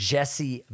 Jesse